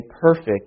perfect